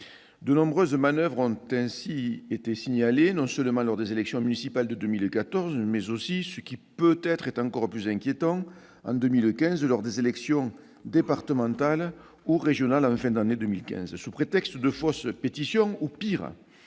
De nombreuses manoeuvres ont été ainsi signalées, non seulement lors des élections municipales de 2014, mais aussi, ce qui est encore plus inquiétant, en 2015, lors des élections départementales et régionales. Ainsi, en ayant signé de fausses pétitions ou, pis,